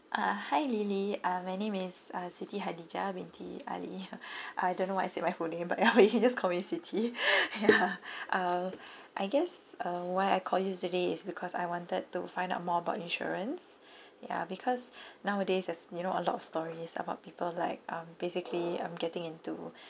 uh hi lily uh my name is uh siti khadijah binte ali I don't know why I said my full name but ya you can just call me siti ya uh I guess uh why I call today is because I wanted to find out more about insurance ya because nowadays there's you know a lot of stories about people like um basically um getting into